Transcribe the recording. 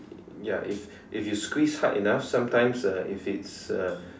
ya if if you squeeze hard enough sometimes uh if it's uh